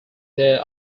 there